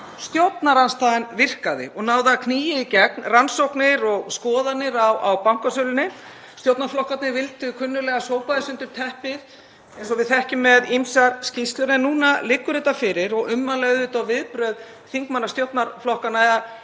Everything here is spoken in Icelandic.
Stjórnarandstaðan virkaði og náði að knýja í gegn rannsóknir og skoðun á bankasölunni. Stjórnarflokkarnir vildu á kunnuglegan hátt sópa þessu undir teppið, eins og við þekkjum með ýmsar skýrslur, en núna liggur þetta fyrir og ummæli og viðbrögð þingmanna stjórnarflokkanna eru